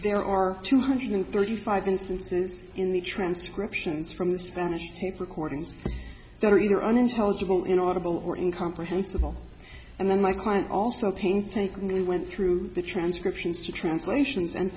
there are two hundred thirty five instances in the transcriptions from spanish tape recordings that are either unintelligible inaudible or in comprehensible and then my client also painstakingly went through the transcriptions to translations and